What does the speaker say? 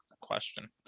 question